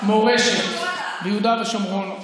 אתרי המורשת ביהודה ושומרון,